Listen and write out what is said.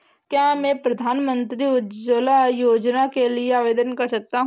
क्या मैं प्रधानमंत्री उज्ज्वला योजना के लिए आवेदन कर सकता हूँ?